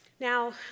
Now